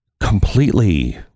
completely